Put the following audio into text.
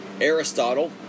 Aristotle